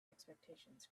expectations